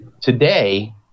today